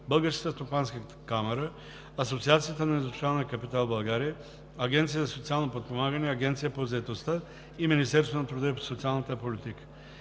Българската стопанска камара, Асоциацията на индустриалния капитал в България, Агенцията за социално подпомагане, Агенцията по заетостта и Министерството на труда и социалната политика.